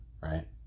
right